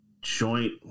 joint